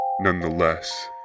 Nonetheless